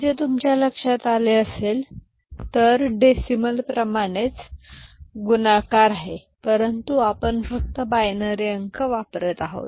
येथे तुमच्या लक्षात आले असेल तर डेसिमल प्रमाणेच गुणाकार आहे परंतु आपण फक्त बायनरी अंक वापरत आहोत